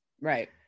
right